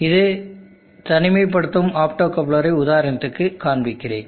ஒரு தனிமைப்படுத்தும் ஆப்டோகப்லரை உதாரணத்திற்கு காண்பிக்கிறேன்